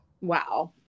Wow